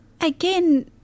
Again